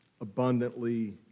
abundantly